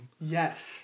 Yes